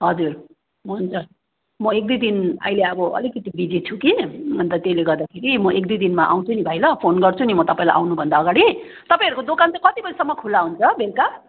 हजुर म अन्त म एक दुई दिन अहिले अब म बिजी छु कि अन्त त्यसले गर्दाखेरि म एक दुई दिनमा आउँछु नि भाइ ल फोन गर्छु म तपाईँलाई आउनुभन्दा अगाडि तपाईँहरूको दोकान चाहिँ कति बजीसम्म खुल्ला हुन्छ बेलुका